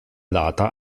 data